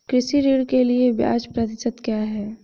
कृषि ऋण के लिए ब्याज प्रतिशत क्या है?